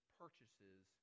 purchases